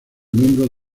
miembro